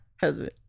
husband